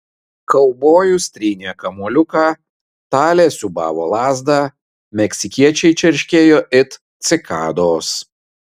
kaubojus trynė kamuoliuką talė siūbavo lazdą meksikiečiai čerškėjo it cikados